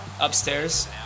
upstairs